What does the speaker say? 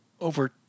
over